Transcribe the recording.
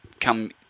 come